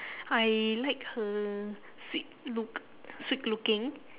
I like her sweet look sweet looking